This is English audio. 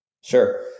Sure